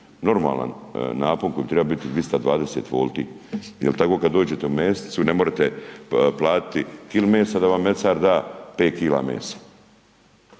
normalan napon koji treba biti 220 W, je li tako kada dođete u mesnicu, ne morate platiti kilu mesa da vam mesar da 5 kila mesa.